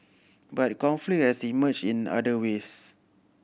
but conflict has emerged in other ways